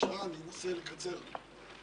בשעה שהוא מחזיק בידו מידע פנים.